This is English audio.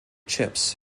chips